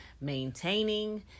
maintaining